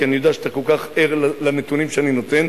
כי אני יודע שאתה כל כך ער לנתונים שאני נותן,